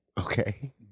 Okay